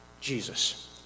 Jesus